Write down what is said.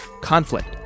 Conflict